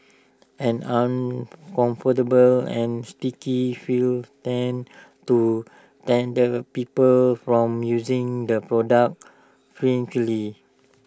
an uncomfortable and sticky feel tends to denter people from using the product frankly